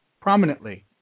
prominently